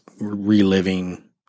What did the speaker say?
reliving